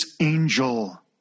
angel